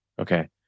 Okay